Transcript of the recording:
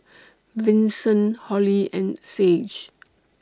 Vinson Holli and Sage